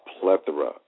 plethora